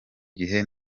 gihe